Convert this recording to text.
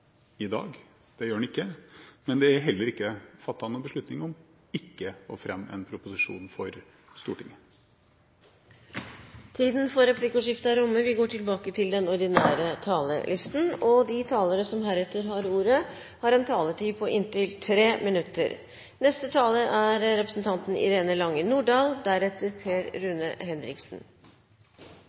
i dag. Det gjør det ikke, men det er heller ikke fattet noen beslutning om ikke å fremme en proposisjon for Stortinget. Replikkordskiftet er omme. De talere som heretter får ordet, har en taletid på inntil 3 minutter. Når Stortinget i dag vedtar å åpne Barentshavet sørøst for petroleumsvirksomhet, er